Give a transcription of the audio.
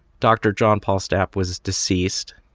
dr. john paul stap was deceased,